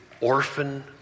orphan